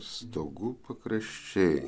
stogų pakraščiai